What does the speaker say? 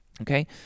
okay